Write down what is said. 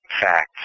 facts